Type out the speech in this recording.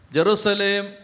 Jerusalem